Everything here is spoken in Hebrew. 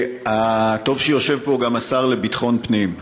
טוב שיושב פה גם השר לביטחון פנים.